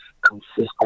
consistent